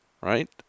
right